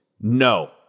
no